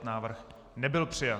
Návrh nebyl přijat.